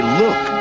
look